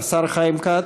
השר חיים כץ?